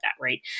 right